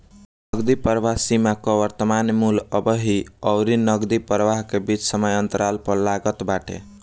नगदी प्रवाह सीमा कअ वर्तमान मूल्य अबही अउरी नगदी प्रवाह के बीच के समय अंतराल पअ लागत बाटे